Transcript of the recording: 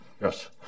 Yes